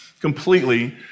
completely